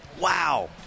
Wow